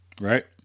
right